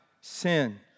sin